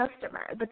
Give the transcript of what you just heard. customer